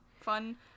Fun